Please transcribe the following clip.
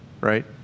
right